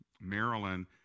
Maryland